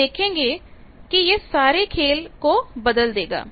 हम देखेंगे कि यह इस सारे खेल को बदल देगा